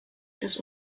das